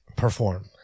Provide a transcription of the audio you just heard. perform